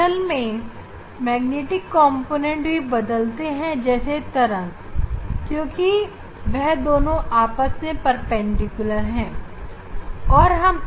असल में मैग्नेटिक कॉम्पोनेंटभी इसी तरह बदलते हैं क्योंकि वह दोनों आपस में परपेंडिकुलर और ऐसे ही बने रहे